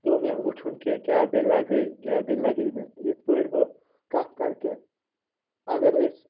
پیوٚو مےٚ وٕچھُن کہِ کیٛاہ دٔلیٖلَہ گٔے کیٛاہ دٔلیٖلَہ گٔے نہٕ یِتھ پٲٹھۍ بہٕ کَتھ کَرٕ کہِ اَگر أسۍ